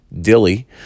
Dilly